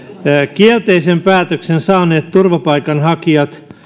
kielteisen päätöksen saaneet turvapaikanhakijat